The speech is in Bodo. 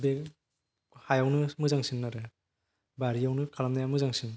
बे हायावनो मोजांसिन आरो बारियावनो खालामनाया मोजांसिन